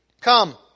Come